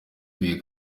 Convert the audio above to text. huye